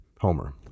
Homer